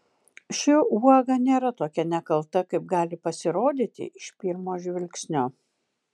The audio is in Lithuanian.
ši uoga nėra tokia nekalta kaip gali pasirodyti iš pirmo žvilgsnio